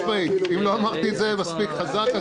חד-משמעית, אם לא אמרתי את זה מספיק חזק.